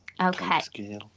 Okay